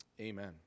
Amen